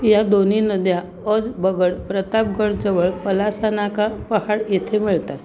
या दोन्ही नद्या अजबगड प्रतापगड जवळ पलासानाका पहाड येथे मिळतात